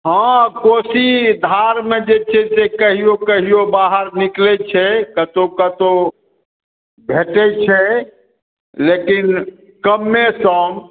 हँ कोशी धारमे जे छै से कहियो कहियो बाहर निकलै छै कतहुँ कतहुँ भेटै छै लेकिन कमे सम